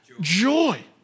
Joy